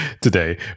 today